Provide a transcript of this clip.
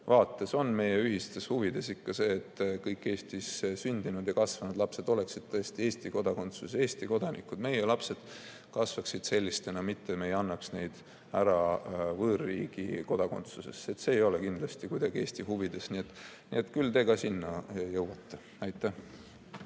vaates on meie ühistes huvides ikka see, et kõik Eestis sündinud ja kasvanud lapsed oleksid Eesti kodakondsusega, Eesti kodanikud, et meie lapsed kasvaksid sellistena, mitte me ei annaks neid ära võõrriigi kodakondsusesse. See ei ole kindlasti kuidagi Eesti huvides. Küll ka teie kunagi selleni jõuate. Aitäh!